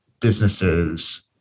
businesses